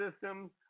Systems